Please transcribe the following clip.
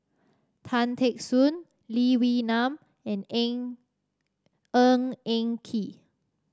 Tan Teck Soon Lee Wee Nam and Eng Ng Eng Kee